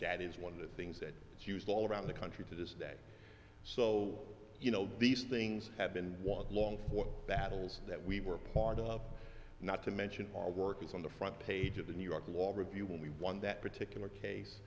stat is one of the things that it's used all around the country to this day so you know these things have been won long before battles that we were a part of not to mention our work is on the front page of the new york law review when we won that particular case